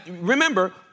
remember